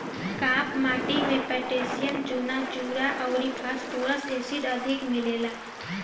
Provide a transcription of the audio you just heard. काप माटी में पोटैशियम, चुना, चुना अउरी फास्फोरस एसिड अधिक मिलेला